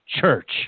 church